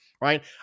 right